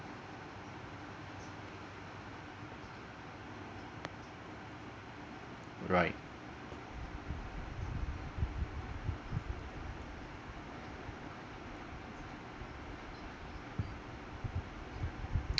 right